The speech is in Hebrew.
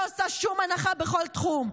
שלא עושה שום הנחה בכל תחום.